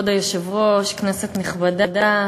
כבוד היושב-ראש, כנסת נכבדה,